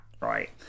right